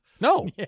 No